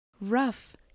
rough